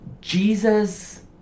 Jesus